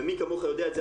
ומי כמוך יודע את זה,